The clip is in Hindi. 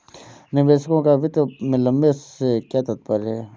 निवेशकों का वित्त में लंबे से क्या तात्पर्य है?